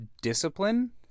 discipline